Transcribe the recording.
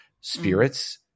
spirits